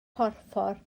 porffor